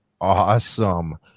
awesome